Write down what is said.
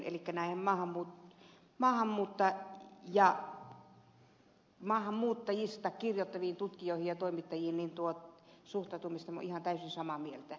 kimmo kiljusen viimeisestä huomautuksesta elikkä maahanmuuttajista kirjoittaviin tutkijoihin ja toimittajiin suhtautumisesta minä olen ihan täysin samaa mieltä